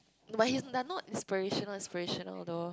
but he they're not inspirational inspirational though